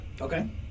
Okay